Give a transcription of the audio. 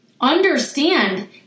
understand